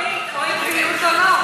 תחליט, או עקביות או לא.